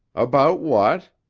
about what?